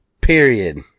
Period